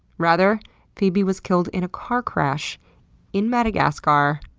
rather phoebe was killed in a car crash in madagascar,